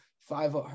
five